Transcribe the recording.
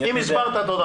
אם הסברת, תודה.